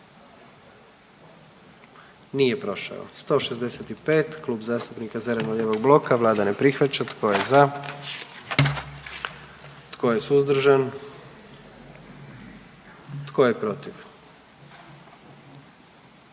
dio zakona. 44. Kluba zastupnika SDP-a, vlada ne prihvaća. Tko je za? Tko je suzdržan? Tko je protiv?